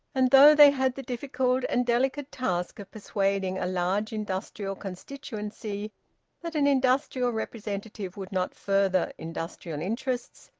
and though they had the difficult and delicate task of persuading a large industrial constituency that an industrial representative would not further industrial interests,